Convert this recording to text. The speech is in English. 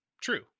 true